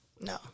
No